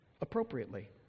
appropriately